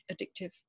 addictive